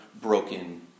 broken